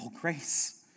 grace